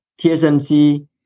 TSMC